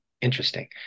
interesting